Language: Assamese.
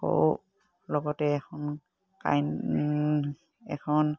আকৌ লগতে এখন কাইন এখন